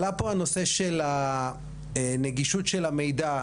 עלה פה הנושא של הנגישות של המידע.